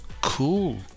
cool